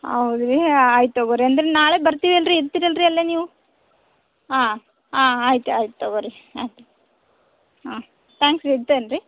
ಹೌದು ರೀ ಆಯಿತು ತಗೊಳ್ರಿ ಅಂದ್ರೆ ನಾಳೆ ಬರ್ತೀವಲ್ಲ ರೀ ಇರ್ತೀರಲ್ಲ ರೀ ಅಲ್ಲೇ ನೀವು ಹಾಂ ಹಾಂ ಆಯಿತು ಆಯಿತು ತಗೊಳ್ರಿ ಹಾಂ ಹಾಂ ತ್ಯಾಂಕ್ಸ್ ರೀ ಇಡ್ತೇನೆ ರೀ